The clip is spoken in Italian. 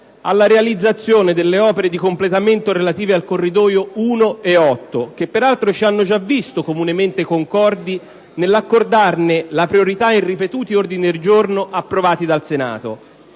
alla realizzazione delle opere di completamento relative ai corridoi 1 e 8, che peraltro ci hanno già visto comunemente concordi nel riconoscerne la priorità in ripetuti ordini del giorno approvati dal Senato.